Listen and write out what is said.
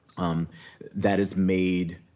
um that is made